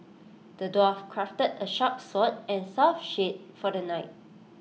the dwarf crafted A sharp sword and tough shield for the knight